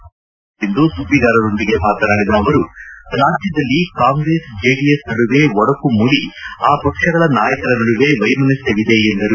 ಈ ಕುರಿತು ಮಂಗಳೂರಿನಲ್ಲಿಂದು ಸುದ್ಗಿಗಾರರೊಂದಿಗೆ ಮಾತನಾಡಿದ ಅವರು ರಾಜ್ಯದಲ್ಲಿ ಕಾಂಗ್ರೆಸ್ ಜೆಡಿಎಸ್ ನಡುವೆ ಒಡಕು ಮೂಡಿ ಆ ಪಕ್ಷಗಳ ನಾಯಕರ ನಡುವೆ ಮೈಮನಸ್ಸಿವಿದೆ ಎಂದರು